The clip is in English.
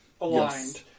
aligned